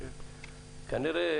כנראה,